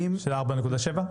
של 4.7?